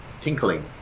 Tinkling